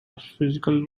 physical